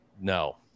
no